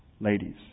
Ladies